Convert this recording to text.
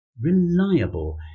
Reliable